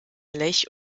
lech